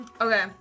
Okay